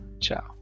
Ciao